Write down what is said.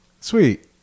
Sweet